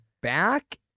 back